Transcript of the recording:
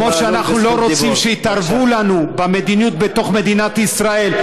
כמו שאנחנו לא רוצים שיתערבו לנו במדיניות בתוך מדינת ישראל,